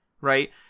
right